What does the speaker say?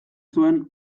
zuen